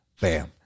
Bam